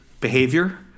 behavior